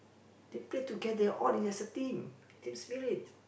they play together all as a team team spirit